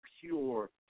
pure